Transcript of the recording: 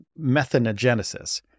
methanogenesis